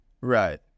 right